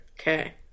Okay